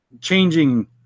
changing